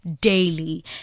daily